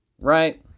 right